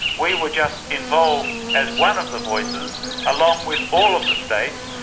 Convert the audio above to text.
we were just involved as one of the voices along with all of the states,